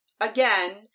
again